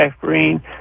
green